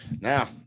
now